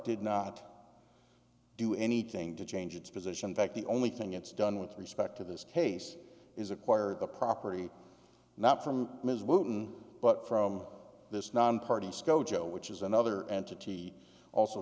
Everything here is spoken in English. did not do anything to change its position fact the only thing it's done with respect to this case is acquire the property not from ms wooten but from this nonparty scojo which is another entity also